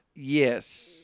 Yes